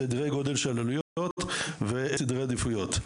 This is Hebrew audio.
סדרי גודל של עלויות וסדרי עדיפויות.